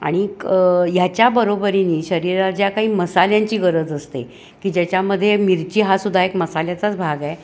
आणिक ह्याच्याबरोबरीने शरीराला ज्या काही मसाल्यांची गरज असते की ज्याच्यामध्ये मिरची हा सुद्धा एक मसाल्याचाच भाग आहे